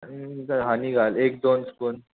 आनी हनी घाल एक दोन स्पून